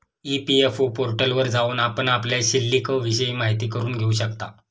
EPFO पोर्टलवर जाऊन आपण आपल्या शिल्लिकविषयी माहिती करून घेऊ शकता